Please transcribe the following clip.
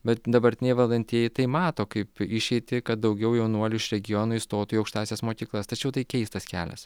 bet dabartiniai valdantieji tai mato kaip išeitį kad daugiau jaunuolių iš regionų įstotų į aukštąsias mokyklas tačiau tai keistas kelias